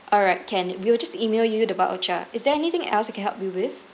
alright can we'll just email you the voucher is there anything else I can help you with